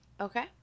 Okay